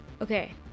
Okay